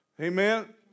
Amen